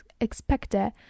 expected